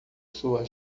sua